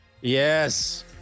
yes